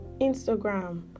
instagram